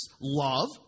love